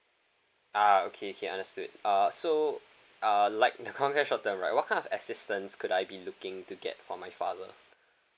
ah okay K understood uh so uh like in the comcare short term right what kind of assistance could I be looking to get for my father